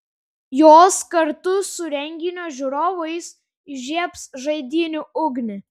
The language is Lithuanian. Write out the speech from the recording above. jos kartu su renginio žiūrovais įžiebs žaidynių ugnį